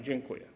Dziękuję.